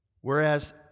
whereas